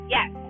Yes